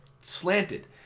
slanted